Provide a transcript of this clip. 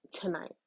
tonight